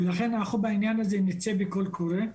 לכן, אנחנו בעניין הזה נצא לקול קורא.